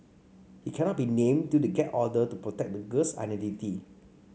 he cannot be named due to a gag order to protect the girl's identity